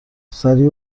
سریع